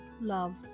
love